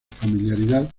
familiaridad